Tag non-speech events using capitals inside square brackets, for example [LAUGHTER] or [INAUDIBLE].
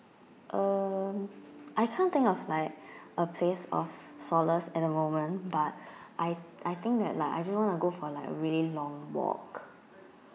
uh I can't think of like [BREATH] a place of solace at the moment but [BREATH] I I think that like I just want to go for like a really long walk